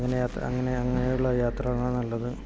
അങ്ങനെ യാത്ര അങ്ങനെ അങ്ങനെയുള്ള യാത്രകളാണ് നല്ലത്